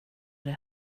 det